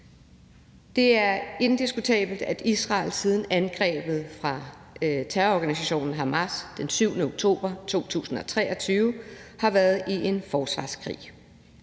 Det er indiskutabelt, at Israel siden angrebet fra terrororganisationen Hamas den 7. oktober 2023 har været i en forsvarskrig.